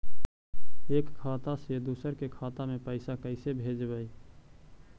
एक खाता से दुसर के खाता में पैसा कैसे भेजबइ?